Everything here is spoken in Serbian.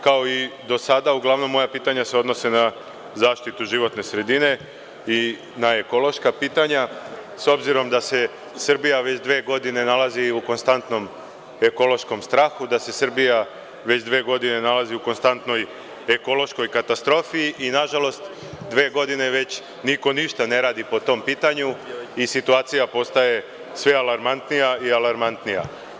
Kao i do sada, uglavnom moja pitanja se odnose na zaštitu životne sredine i na ekološka pitanja, s obzirom da se Srbija već dve godine nalazi u konstantnom ekološkom strahu, da se Srbija već dve godine nalazi u konstantnoj ekološkoj katastrofi i, na žalost, dve godine već niko ništa ne radi po tom pitanju i situacija postaje sve alarmantnija i alarmantnija.